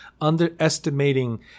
underestimating